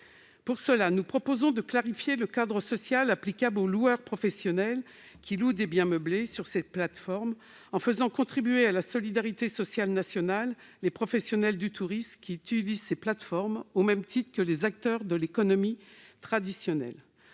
ou non. Nous proposons de clarifier le cadre social applicable aux loueurs professionnels louant des biens meublés sur ces plateformes en faisant contribuer à la solidarité sociale nationale les professionnels du tourisme qui les utilisent au même titre que les acteurs de l'économie traditionnelle.